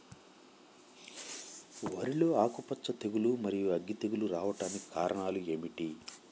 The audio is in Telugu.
వరిలో ఆకుమచ్చ తెగులు, మరియు అగ్గి తెగులు రావడానికి కారణం ఏమిటి?